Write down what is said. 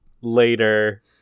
later